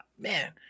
man